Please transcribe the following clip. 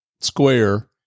Square